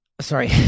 sorry